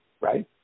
right